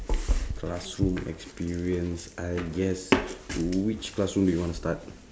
classroom experience I guess which classroom you want to start